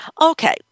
Okay